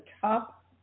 top